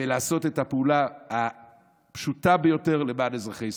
ולעשות את הפעולה הפשוטה ביותר למען אזרחי ישראל.